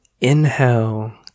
Inhale